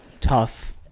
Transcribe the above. Tough